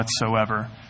whatsoever